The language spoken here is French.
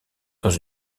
dans